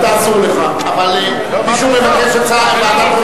אתה, אסור לך, אבל, מישהו מבקש ועדת חוץ